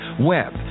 web